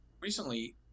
recently